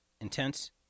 intense